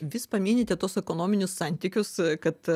vis paminite tuos ekonominius santykius kad